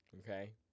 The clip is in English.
okay